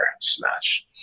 smash